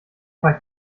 paar